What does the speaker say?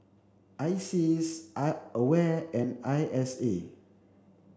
ISEAS I AWARE and I S A